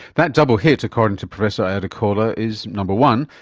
that double hit according to professor iadecola is, number one,